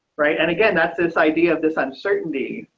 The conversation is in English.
right. and again, that's this idea of this uncertainty.